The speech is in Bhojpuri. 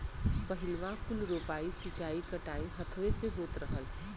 पहिलवाँ कुल रोपाइ, सींचाई, कटाई हथवे से होत रहल